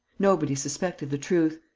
nobody suspected the truth.